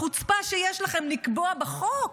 החוצפה שיש לכם לקבוע בחוק,